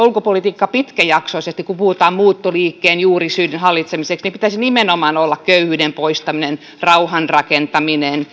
ulkopolitiikka pitkäjaksoisesti kun puhutaan muuttoliikkeen juurisyiden hallitsemisesta niin pitäisi nimenomaan olla köyhyyden poistamista rauhan rakentamista